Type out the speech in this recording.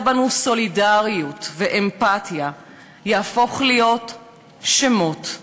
בנו סולידריות ואמפתיה יהפוך להיות שמות,